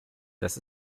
das